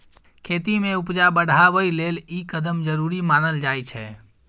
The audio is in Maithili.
खेती में उपजा बढ़ाबइ लेल ई कदम जरूरी मानल जाइ छै